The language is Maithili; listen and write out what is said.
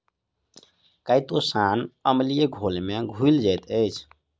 काइटोसान अम्लीय घोल में घुइल जाइत अछि